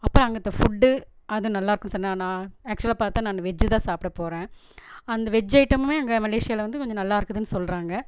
அப்புறம் அங்கே இந்த ஃபுட்டு அது நல்லா இருக்கும்னு சொன்னால் நான் ஆக்சுவலாக பார்த்தா நான் வெஜ்ஜு தான் சாப்பிட போகிறேன் அந்த வெஜ் ஐட்டமுமே அங்கே மலேஷியாவில் வந்து கொஞ்சம் நல்லாயிருக்குதுனு சொல்கிறாங்க